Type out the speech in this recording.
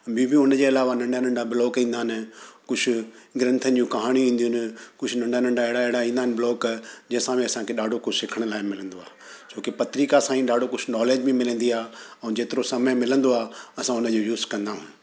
ॿी ॿियूं उन जे अलावा नंढा नंढा ब्लॉक ईंदा आहिनि कुझु ग्रंथनि जूं कहाणियूं ईंदियूं आहिनि कुझु नंढा नंढा अहिड़ा अहिड़ा ईंदा आहिनि ब्लॉक जंहिं में असांखे कुझु सिखण लाइ मिलंदो आहे छोकी पत्रिका सां ई ॾाढो कुझु नॉलेज बि मिलंदी आहे ऐं जेतिरो समय मिलंदो आहे असां हुन जो यूज़ कंदा आहियूं